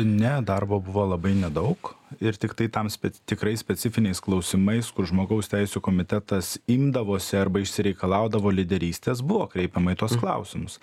ne darbo buvo labai nedaug ir tiktai tam s tikrais specifiniais klausimais kur žmogaus teisių komitetas imdavosi arba išsireikalaudavo lyderystės buvo kreipiama į tuos klausimus